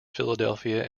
philadelphia